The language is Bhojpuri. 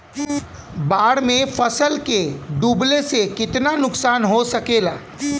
बाढ़ मे फसल के डुबले से कितना नुकसान हो सकेला?